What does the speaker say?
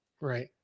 Right